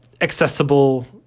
accessible